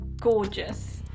gorgeous